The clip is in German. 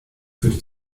führte